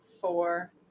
four